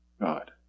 God